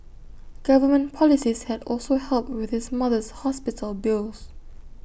government policies had also helped with his mother's hospital bills